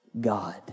God